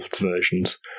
versions